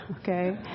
okay